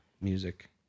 music